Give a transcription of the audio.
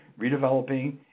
redeveloping